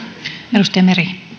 arvoisa